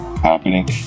happening